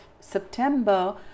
September